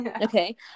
okay